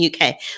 UK